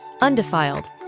Undefiled